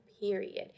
period